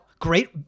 Great